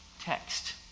text